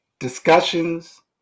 Discussions